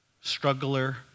Struggler